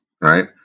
right